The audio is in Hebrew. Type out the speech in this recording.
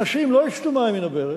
אנשים לא ישתו מים מן הברז,